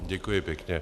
Děkuji pěkně.